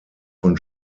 von